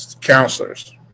counselors